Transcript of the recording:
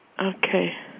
Okay